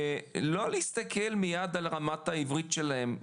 ולא להסתכל מיד על רמת העברית שלהם.